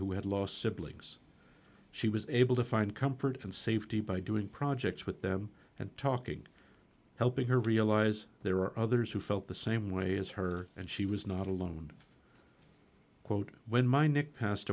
who had lost siblings she was able to find comfort and safety by doing projects with them and talking helping her realize there were others who felt the same way as her and she was not alone quote when my nick passed